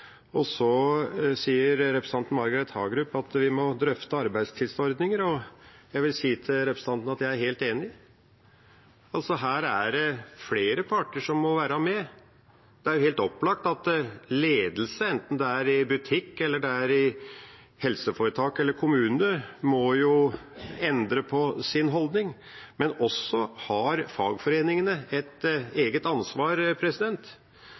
Så sier representanten Margret Hagerup at vi må drøfte arbeidstidsordninger, og jeg vil si til representanten at jeg er helt enig. Her er det flere parter som må være med. Det er helt opplagt at ledelsen, enten det er i butikk, i helseforetak eller i kommunen, må endre sin holdning, men også fagforeningene har et eget ansvar.